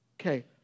Okay